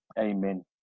Amen